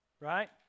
right